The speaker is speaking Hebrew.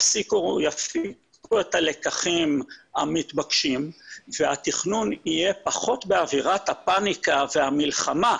יפיקו את הלקחים המתבקשים והתכנון יהיה פחות באווירת הפאניקה והמלחמה,